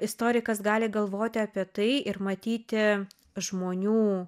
istorikas gali galvoti apie tai ir matyti žmonių